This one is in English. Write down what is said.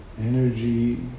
energy